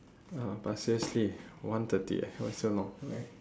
ya but seriously one thirty eh why so long like